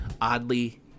Oddly